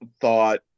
thought